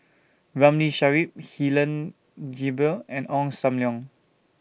Ramli Sarip Helen Gilbey and Ong SAM Leong